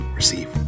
receive